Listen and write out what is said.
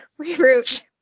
reroute